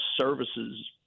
services